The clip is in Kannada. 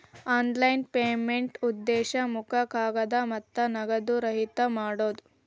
ಆನ್ಲೈನ್ ಪೇಮೆಂಟ್ನಾ ಉದ್ದೇಶ ಮುಖ ಕಾಗದ ಮತ್ತ ನಗದು ರಹಿತ ಮಾಡೋದ್